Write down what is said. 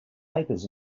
papers